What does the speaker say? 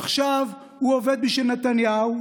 עכשיו הוא עובד בשביל נתניהו,